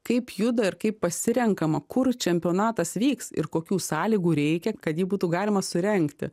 kaip juda ir kaip pasirenkama kur čempionatas vyks ir kokių sąlygų reikia kad jį būtų galima surengti